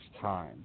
time